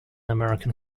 american